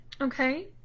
okay